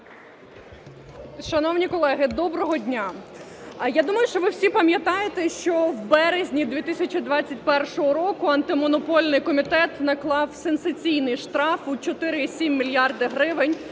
Шановні колеги, доброго дня! Я думаю, що ви всі пам'ятаєте, що в березні 2021 року Антимонопольний комітет наклав сенсаційний штраф у чотири і сім мільярди гривень